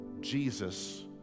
Jesus